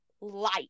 light